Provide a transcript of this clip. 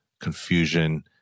confusion